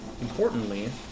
importantly